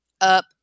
up